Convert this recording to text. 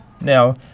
now